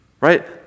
right